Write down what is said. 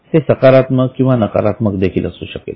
ते सकारात्मक किंवा नकारात्मक देखील असू शकेल